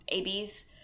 ab's